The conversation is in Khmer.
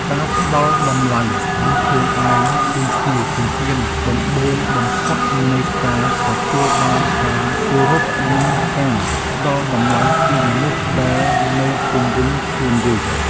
ការផ្ដល់តម្លៃឱ្យខ្លួនឯងគឺជាជំហានដំបូងបំផុតនៃការទទួលបានការគោរពនិងការផ្ដល់តម្លៃពីមនុស្សដែលនៅជុំវិញខ្លួនយើង។